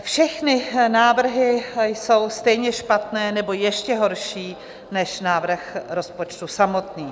Všechny návrhy jsou stejně špatné nebo ještě horší než návrh rozpočtu samotný.